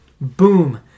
Boom